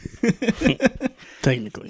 Technically